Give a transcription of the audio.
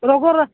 লগৰ